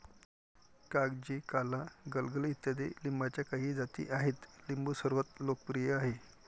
कागजी, काला, गलगल इत्यादी लिंबाच्या काही जाती आहेत लिंबू सर्वात लोकप्रिय आहे